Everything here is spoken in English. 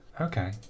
Okay